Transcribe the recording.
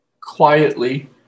Quietly